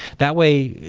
that way,